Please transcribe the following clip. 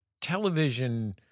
television